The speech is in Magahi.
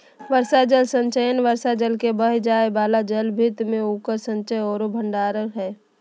वर्षा जल संचयन वर्षा जल के बह जाय वाला जलभृत में उकर संचय औरो भंडारण हइ